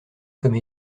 comme